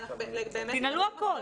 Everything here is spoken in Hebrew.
תנעלו הכול.